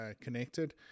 connected